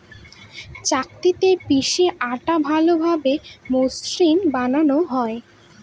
চাক্কিতে পিষে আটা ভালোভাবে মসৃন বানানো হয়